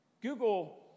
Google